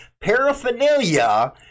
paraphernalia